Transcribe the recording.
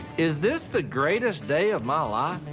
is this the greatest day of my life?